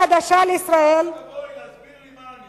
חיכיתי שתבואי להסביר לי מה אני,